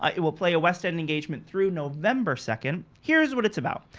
ah it will play a west end engagement through november second. here is what it's about.